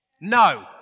No